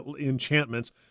Enchantments